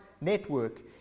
Network